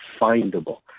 findable